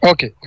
Okay